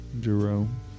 Jerome